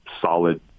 solid